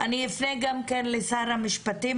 אפנה גם לשר המשפטים.